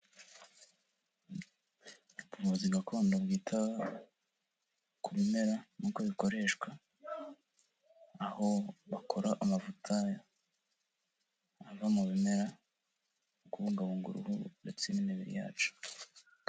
Ubuvuzi gakondo bwita ku bimera nuko bikoreshwa, aho bakora amavuta ava mu bimera, mu kubungabunga uruhu ndetse n'imibiri yacu.